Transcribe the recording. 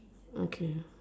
okay